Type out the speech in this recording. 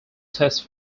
test